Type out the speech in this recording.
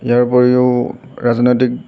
ইয়াৰ ওপৰিও ৰাজনৈতিক